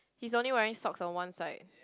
he is only wearing socks on one side